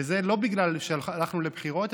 וזה לא בגלל שהלכנו לבחירות,